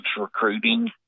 recruiting